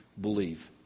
believe